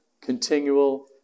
continual